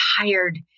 tired